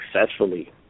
successfully